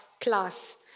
class